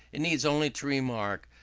it needs only to remark,